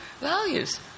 values